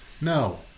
no